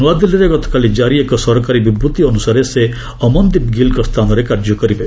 ନୂଆଦିଲ୍ଲୀରେ ଗତକାଲି ଜାରି ଏକ ସରକାରୀ ବିବୃଭି ଅନୁସାରେ ସେ ଅମନଦୀପ ଗିଲ୍ଙ୍କ ସ୍ଥାନରେ କାର୍ଯ୍ୟ କରିବେ